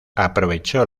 aprovechó